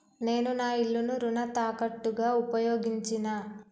నేను నా ఇల్లును రుణ తాకట్టుగా ఉపయోగించినా